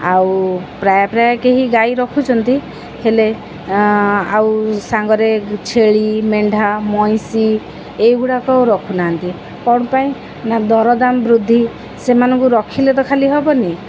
ଆଉ ପ୍ରାୟ ପ୍ରାୟ କେହି ଗାଈ ରଖୁଛନ୍ତି ହେଲେ ଆଉ ସାଙ୍ଗରେ ଛେଳି ମେଣ୍ଢା ମଇଁଷି ଏଇଗୁଡ଼ାକ ରଖୁନାହାନ୍ତି କ'ଣ ପାଇଁ ନା ଦରଦାମ ବୃଦ୍ଧି ସେମାନଙ୍କୁ ରଖିଲେ ତ ଖାଲି ହେବନି